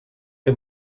que